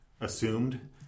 assumed